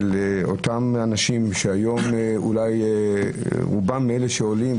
אותם אנשים שהיום אולי רובם אלה שעולים,